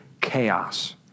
chaos